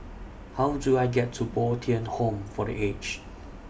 How Do I get to Bo Tien Home For The Aged